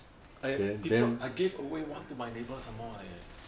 I people I gave away one to my neighbour somemore eh